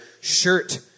shirt